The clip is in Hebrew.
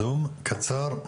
שלום.